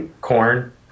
Corn